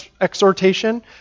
exhortation